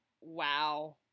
Wow